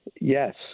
Yes